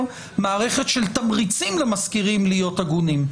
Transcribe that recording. מערכת של תמריצים למשכירים להיות הגונים.